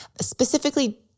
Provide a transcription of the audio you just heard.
specifically